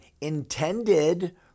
intended